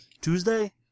Tuesday